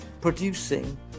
producing